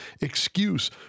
excuse